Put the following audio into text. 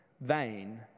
vain